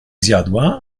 zjadła